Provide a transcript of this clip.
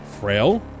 frail